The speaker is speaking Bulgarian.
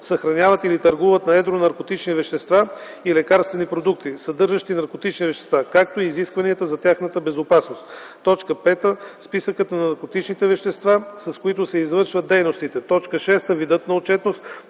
съхраняват или търгуват на едро наркотични вещества и лекарствени продукти, съдържащи наркотични вещества, както и изискванията за тяхната безопасност; 5. списъкът на наркотичните вещества, с които се извършват дейностите; 6. видът на отчетност;